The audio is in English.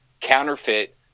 counterfeit